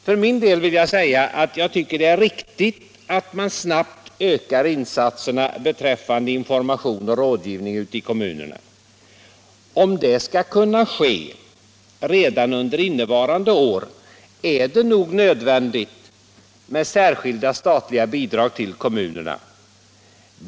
För min del vill jag säga, att jag tycker att det är riktigt att man snabbt ökar insatserna beträffande information och rådgivning ute i kommunerna. Om det skall kunna ske redan under innevarande år är det nog nödvändigt med särskilda statliga bidrag till kommunerna.